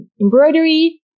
Embroidery